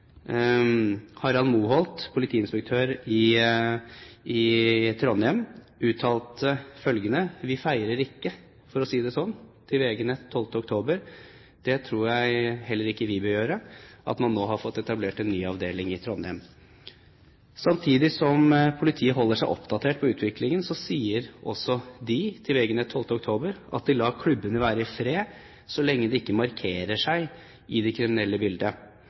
Harald Moholt, politiinspektør i Trondheim uttalte følgende til VG-nett den 12. oktober: «Vi feirer ikke, for å si det sånn.» Det tror jeg heller ikke vi vil gjøre når man nå har fått etablert en ny avdeling i Trondheim. Samtidig som politiet holder seg oppdatert på utviklingen, sier også de til VG-nett den 12. oktober at de lar klubbene være i fred så lenge de ikke markerer seg i det kriminelle bildet.